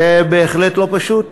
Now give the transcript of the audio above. זה בהחלט לא פשוט.